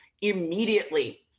immediately